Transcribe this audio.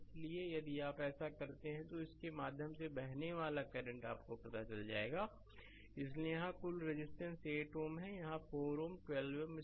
इसलिए यदि आप ऐसा करते हैं तो इसके माध्यम से बहने वाला करंट आपको पता चलता है इसलिए यहाँ कुल रेजिस्टेंस 8 Ω है यहाँ यह4 Ω 12 Ω है